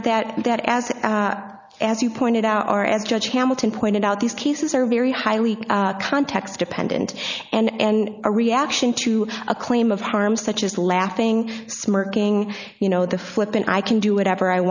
honor that that as as you pointed out our as judge hamilton pointed out these cases are very highly context dependent and a reaction to a claim of harm such as laughing smirking you know the flippin i can do whatever i